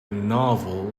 novel